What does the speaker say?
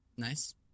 Nice